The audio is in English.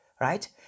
right